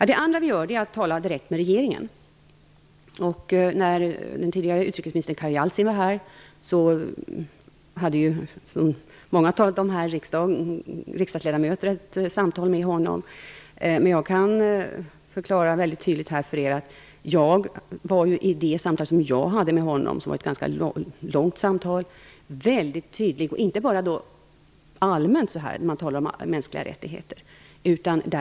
Det andra vi gör är att tala direkt med regeringen. När den tidigare utrikesministern Karayalcin var här hade, som många har talat om, riksdagsledamöter ett samtal med honom. Jag hade ett ganska långt samtal med honom. Jag var väldigt tydlig och talade inte bara allmänt om mänskliga rättigheter.